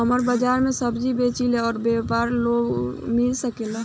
हमर बाजार मे सब्जी बेचिला और व्यापार लोन मिल सकेला?